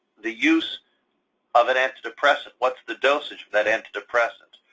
the use of an antidepressant? what's the dosage for that antidepressant?